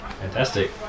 Fantastic